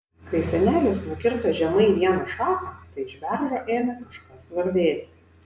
kai senelis nukirto žemai vieną šaką tai iš beržo ėmė kažkas varvėti